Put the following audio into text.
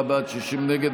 54 בעד, 60 נגד.